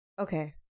okay